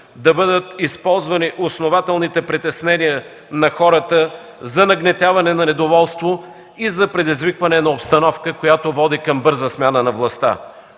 да бъдат използвани основателните притеснения на хората за нагнетяване на недоволство и за предизвикване на обстановка, която води към бърза смяна на властта.